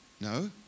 No